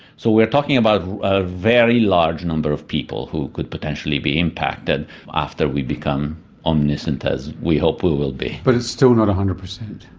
so we're talking about a very large number of people who could potentially be impacted after we become omniscient as we hope we will be. but it's still not one hundred per cent.